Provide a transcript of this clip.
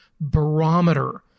barometer